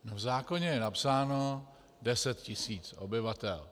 No, v zákoně je napsáno 10 tisíc obyvatel.